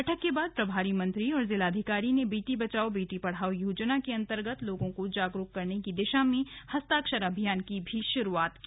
बैठक के बाद प्रभारी मंत्री और जिलाधिकारी ने बेटी बचाओ बेटी पढ़ाओ योजना के अन्तर्गत लोगों को जागरूक करने की दिशा में हस्ताक्ष र अभियान की भी शुरूआत की